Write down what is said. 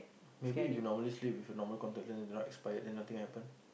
maybe we normally sleep with the normal contact lens that do not expire then nothing happen